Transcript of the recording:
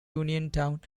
uniontown